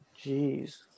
Jeez